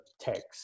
text